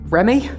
Remy